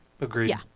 Agreed